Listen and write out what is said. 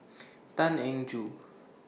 Tan Eng Joo